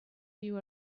you